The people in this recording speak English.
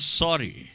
sorry